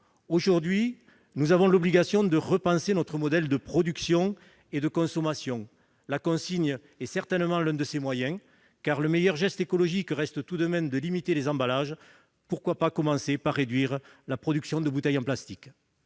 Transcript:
Aujourd'hui, nous avons l'obligation de repenser notre modèle de production et de consommation. La consigne est un moyen, car le meilleur geste écologique reste tout de même de limiter les emballages. Pourquoi ne pas commencer par réduire la production de bouteilles en plastique ?